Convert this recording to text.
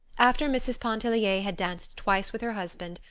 after mrs. pontellier had danced twice with her husband,